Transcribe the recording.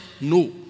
no